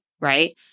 right